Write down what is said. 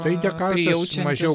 tai ne kartą už mažiau